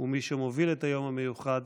ומי שמוביל את היום המיוחד,